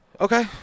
Okay